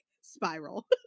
spiral